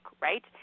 right